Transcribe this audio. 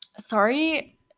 sorry